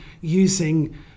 using